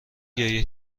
گریه